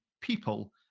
people